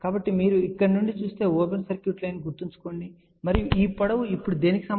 కాబట్టి మీరు ఇక్కడ నుండి చూస్తే ఓపెన్ సర్క్యూట్ లైన్ గుర్తుంచుకోండి మరియు ఈ పొడవు ఇప్పుడు దేనికి సమానం గా ఉంటుంది